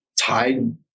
tied